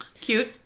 Cute